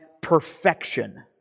perfection